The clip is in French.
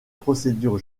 procédure